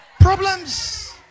problems